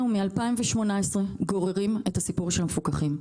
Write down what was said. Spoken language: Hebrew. אנחנו מ-2018 גוררים את הסיפור של המפוקחים.